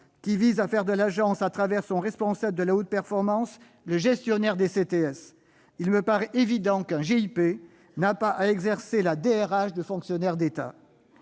qui vise à faire de l'Agence, à travers son responsable de la haute performance, le gestionnaire des CTS, tant il me paraît évident qu'un GIP n'a pas à exercer la direction des